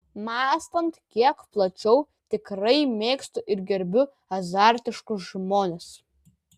mąstant kiek plačiau tikrai mėgstu ir gerbiu azartiškus žmones